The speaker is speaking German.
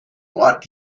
ort